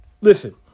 Listen